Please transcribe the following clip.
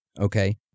okay